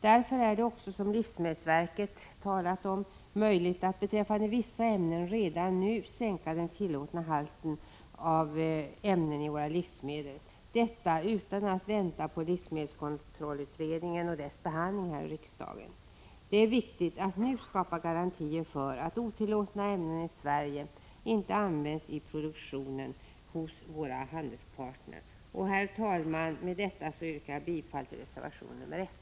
Därför har livsmedelsverket också talat om möjligheten att beträffande vissa ämnen redan nu sänka den tillåtna halten av främmande ämnen i våra livsmedel och detta utan att avvakta livsmedelskontrollutredningen och dess behandling här i riksdagen. Det är viktigt att nu skapa garantier för att i Sverige otillåtna ämnen inte används i produktionen hos våra handelspartner. Herr talman! Med detta yrkar jag bifall till reservation 1.